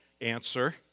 answer